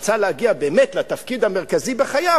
כשהוא רצה להגיע באמת לתפקיד המרכזי בחייו,